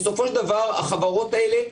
בסופו של דבר החברות האלה,